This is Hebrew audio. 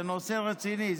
זה נושא רציני,